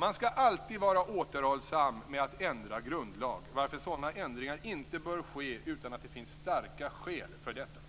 Man skall alltid vara återhållsam med att ändra grundlag, varför sådana ändringar inte bör ske utan att det finns starka skäl för detta.